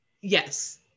Yes